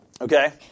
Okay